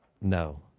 No